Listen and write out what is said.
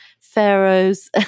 pharaohs